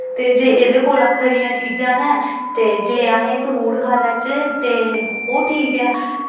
ते जे एह्दे कोला खरियां चीजां न ते जे अस फ्रूट खाई लैचै ते ओह् ठीक ऐ